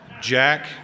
Jack